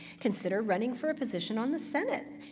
consider running for a position on the senate,